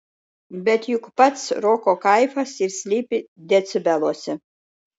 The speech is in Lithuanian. bet juk pats roko kaifas ir slypi decibeluose